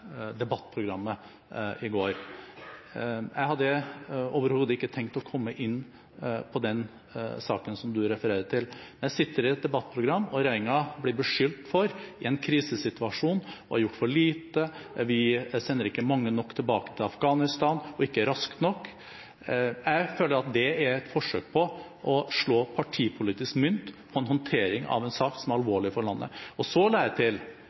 debattprogrammet i går. Jeg hadde overhodet ikke tenkt å komme inn på den saken som representanten refererer til. Jeg satt i et debattprogram, og regjeringen ble beskyldt for i en krisesituasjon å ha gjort for lite, vi sender ikke mange nok tilbake til Afghanistan, og ikke raskt nok. Jeg føler at det er et forsøk på å slå partipolitisk mynt på en håndtering av en sak som er alvorlig for landet. Så la jeg til